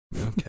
Okay